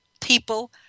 people